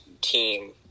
team